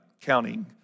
counting